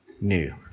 new